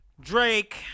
Drake